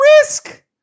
risk